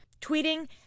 Tweeting